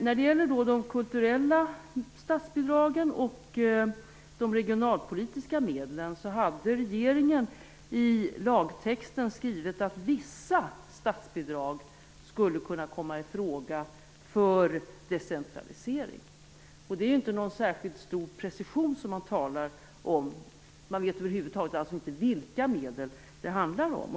När det gäller de kulturella statsbidragen och de regionalpolitiska medlen hade regeringen i förslaget till lagtext skrivit att vissa statsbidrag skulle kunna komma i fråga för decentralisering. Det är inte någon särskilt stor precision. Man vet över huvud taget inte vilka medel det handlar om.